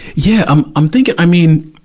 yeah, i'm, i'm thinking, i mean.